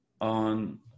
on